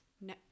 No